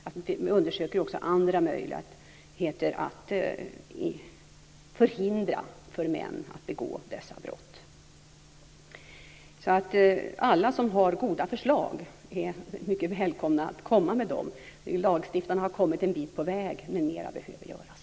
Vi undersöker också andra möjligheter att förhindra män att begå dessa brott. Alla som har goda förslag är mycket välkomna att komma med dem. Lagstiftarna har kommit en bit på väg, men mer behöver göras.